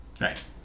right